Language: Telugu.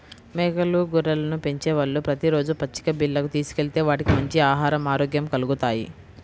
మేకలు, గొర్రెలను పెంచేవాళ్ళు ప్రతి రోజూ పచ్చిక బీల్లకు తీసుకెళ్తే వాటికి మంచి ఆహరం, ఆరోగ్యం కల్గుతాయి